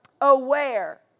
aware